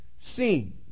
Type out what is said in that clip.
seen